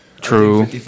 true